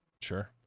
Sure